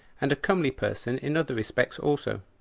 and a comely person in other respects also.